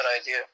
idea